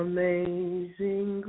Amazing